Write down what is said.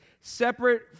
separate